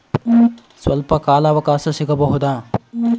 ಸ್ವಲ್ಪ ಕಾಲ ಅವಕಾಶ ಸಿಗಬಹುದಾ?